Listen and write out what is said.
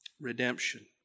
Redemption